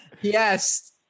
Yes